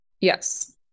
Yes